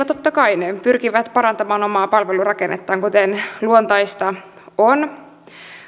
totta kai pyrkivät parantamaan omaa palvelurakennettaan kuten luontaista on